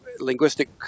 linguistic